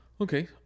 Okay